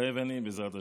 מתחייב אני, בעזרת השם.